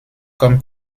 comme